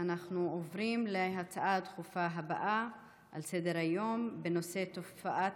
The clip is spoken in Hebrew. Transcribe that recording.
נעבור להצעות הדחופות לסדר-היום בנושא: תופעת